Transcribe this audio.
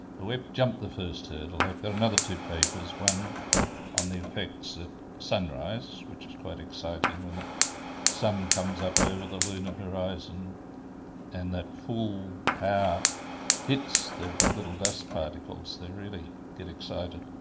we've jumped the first hurdle. i've got another two papers one on the effects at sunrise, which is quite exciting. when the sun comes up over the lunar horizon and that full power hits the little dust particles, they really get excited,